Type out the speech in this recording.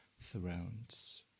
thrones